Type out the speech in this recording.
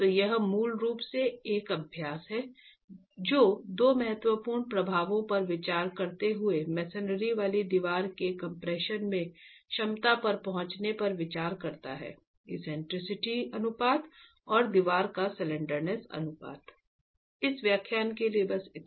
तो यह मूल रूप से एक अभ्यास है जो दो महत्वपूर्ण प्रभावों पर विचार करते हुए मसनरी वाली दीवार के कम्प्रेशन में क्षमता पर पहुंचने पर विचार करता है एक्सेंट्रिसिटी अनुपात और दीवार का स्लैंडरनेस अनुपात